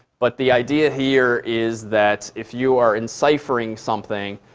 but the idea here is that if you are enciphering something,